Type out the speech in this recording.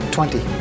Twenty